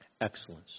Excellence